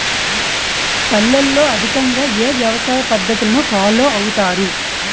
పల్లెల్లో అధికంగా ఏ వ్యవసాయ పద్ధతులను ఫాలో అవతారు?